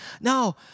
No